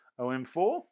OM4